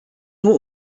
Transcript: nur